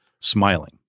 smiling